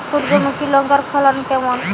সূর্যমুখী লঙ্কার ফলন কেমন?